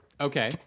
Okay